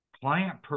Client